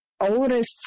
oldest